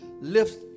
lift